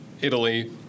Italy